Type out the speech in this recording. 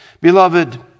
Beloved